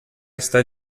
está